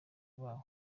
babo